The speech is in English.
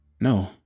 No